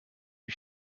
lui